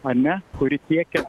ane kuri tiekia